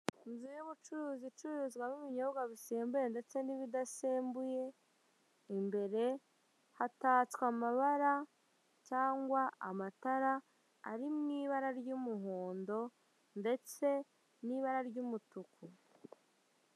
Inzu y'ubucuruzi icururizwamo ibinyobwa bisembuye ndetse n'ibidasembuye, imbere hatatswe amabara cyangwa amatara ari mu ibara ry'umuhondo ndetse n'ibara ry'umutuku.